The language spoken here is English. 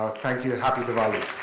ah thank you and happy gavali.